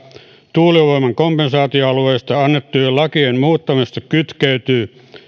tuulivoiman kompensaatioalueista annettujen lakien muuttamisesta kytkeytyy